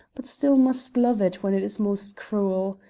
but still must love it when it is most cruel.